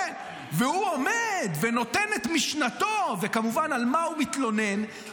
כן, והוא עומד ונותן את משנתו, וכמובן, על